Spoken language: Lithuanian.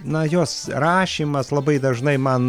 na jos rašymas labai dažnai man